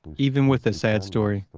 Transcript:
even with a sad story,